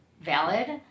valid